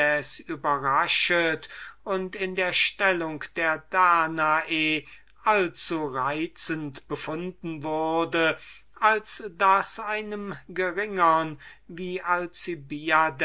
und in der stellung der danae des acrisius welche sie eben vorstellte allzureizend befunden wurde als daß einem geringern als